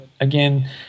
again